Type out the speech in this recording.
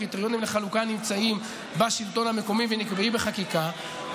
הקריטריונים לחלוקה נמצאים בשלטון המקומי ונקבעים בחקיקה.